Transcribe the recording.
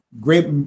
great